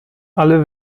alle